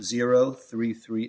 zero three three